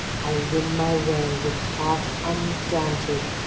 i win my way with heart undaunted,